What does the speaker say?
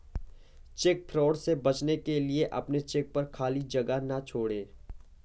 check fraud से बचने के लिए अपने चेक पर खाली जगह ना छोड़ें